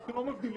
אנחנו לא מבחינים.